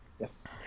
yes